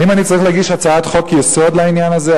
האם אני צריך להגיש הצעת חוק-יסוד לעניין הזה?